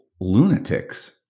lunatics